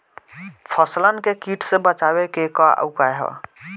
फसलन के कीट से बचावे क का उपाय है?